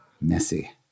Messy